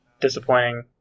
disappointing